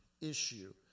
issue